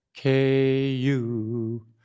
KU